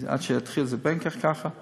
עד שזה יתחיל זה ממילא ככה,